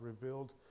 revealed